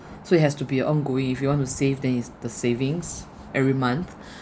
so it has to be a ongoing if you want to save then it's the savings every month